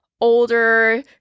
older